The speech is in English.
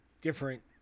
different